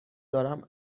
دارم